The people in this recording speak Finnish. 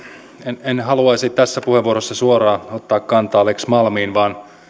en en haluaisi tässä puheenvuorossa suoraan ottaa kantaa lex malmiin vaan